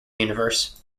universe